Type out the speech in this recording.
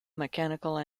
mechanical